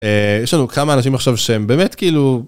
יש לנו כמה אנשים עכשיו שהם באמת כאילו.